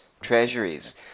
treasuries